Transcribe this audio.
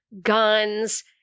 guns